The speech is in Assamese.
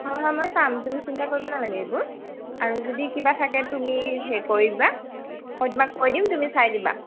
হয় হয় মই চাম তুমি চিন্তা কৰিব নালাগে এইবোৰ আৰু যদি কিবা থাকে তুমি হেৰি কৰি দিবা মই তোমাক কৈ দিম তুমি চাই দিবা